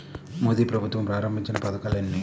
మోదీ ప్రభుత్వం ప్రారంభించిన పథకాలు ఎన్ని?